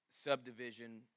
subdivision